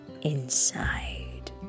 inside